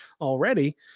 already